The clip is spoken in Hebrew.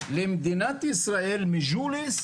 למדינת ישראל מג'וליס,